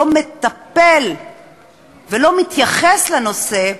החוק הישראלי לא מטפל ולא מתייחס לנושא,